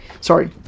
Sorry